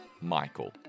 Michael